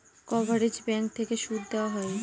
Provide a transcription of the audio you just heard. coverage bank থেকে সুদ দেওয়া হয়